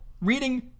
Reading